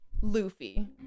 Luffy